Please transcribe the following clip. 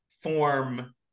form